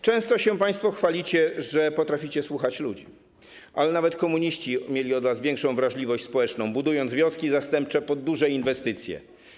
Często się państwo chwalicie, że potraficie słuchać ludzi, ale nawet komuniści mieli od was większą wrażliwość społeczną, budując wioski zastępcze pod duże inwestycje.